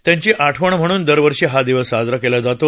त्याची आठवण म्हणून दरवर्षी हा दिवस साजरा केला जातो